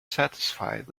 satisfied